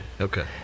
Okay